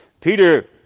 Peter